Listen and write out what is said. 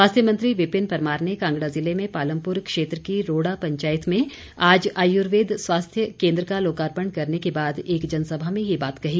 स्वास्थ्य मंत्री विपिन परमार ने कांगड़ा जिले में पालमपुर क्षेत्र की रोड़ा पंचायत में आज आयूर्वेद स्वास्थ्य केन्द्र का लोकार्पण करने के बाद एक जनसभा में ये बात कही